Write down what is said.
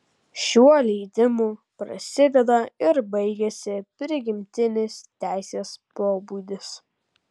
šiuo leidimu prasideda ir baigiasi prigimtinis teisės pobūdis